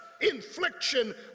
infliction